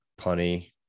punny